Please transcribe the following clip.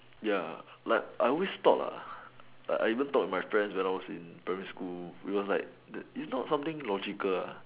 ya like I always thought lah I even talk with my friends when I was in primary school we was like is not something logical ah